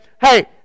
Hey